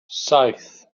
saith